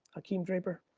hakim draper,